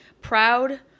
Proud